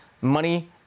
money